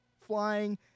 flying